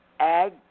ag